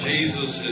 Jesus